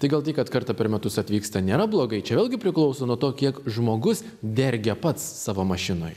tai gal tai kad kartą per metus atvyksta nėra blogai čia vėlgi priklauso nuo to kiek žmogus dergia pats savo mašinoj